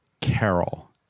Carol